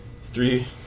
three